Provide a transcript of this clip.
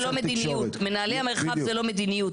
מנהלי המרחב זה לא מדיניות.